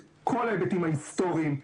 את כל ההיבטים ההיסטוריים.